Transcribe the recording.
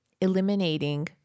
eliminating